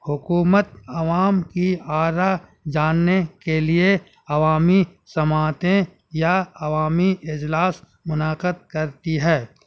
حکومت عوام کی آرا جاننے کے لیے عوامی سماعتیں یا عوامی اجلاس منعقد کرتی ہے